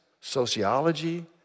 sociology